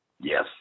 Yes